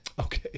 Okay